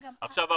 עכשיו,